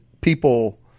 people